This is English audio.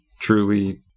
truly